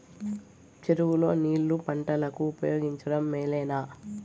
చెరువు లో నీళ్లు పంటలకు ఉపయోగించడం మేలేనా?